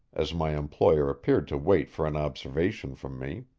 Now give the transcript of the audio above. as my employer appeared to wait for an observation from me.